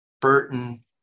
Burton